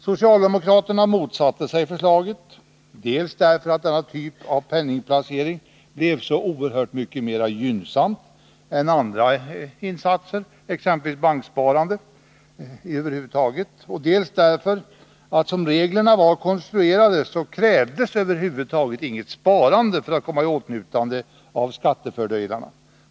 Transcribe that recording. Socialdemokraterna motsatte sig förslaget, dels därför att denna typ av penningplacering blev så oerhört mycket mer gynnsam än andra insatser, exempelvis banksparande över huvud taget, dels därför att som reglerna var konstruerade så krävdes över huvud taget inget sparande för att komma i åtnjutande av skattefördelarna.